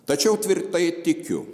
tačiau tvirtai tikiu